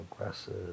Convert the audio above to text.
aggressive